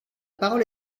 parole